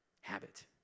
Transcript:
habit